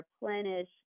replenish